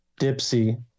Dipsy